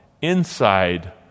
inside